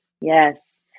Yes